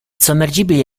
sommergibile